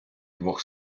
двох